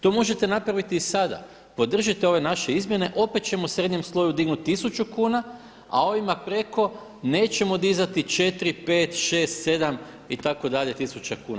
To možete napraviti i sada, podržite ove naše izmjene, opet ćemo srednjem sloju dignuti tisuću kuna a ovima preko nećemo dizati 4, 5, 6, 7 itd., tisuća kuna.